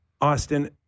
Austin